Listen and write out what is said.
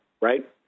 right